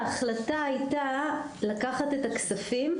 ההחלטה הייתה לקחת את הכספים,